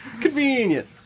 Convenient